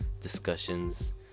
discussions